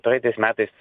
praeitais metais